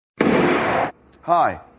Hi